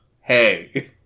Hey